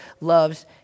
loves